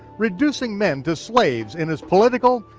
reducing men to slaves in its political,